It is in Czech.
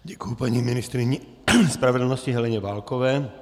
Děkuji paní ministryni spravedlnosti Heleně Válkové.